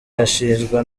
ashinjwa